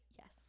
Yes